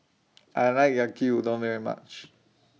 I like Yaki Udon very much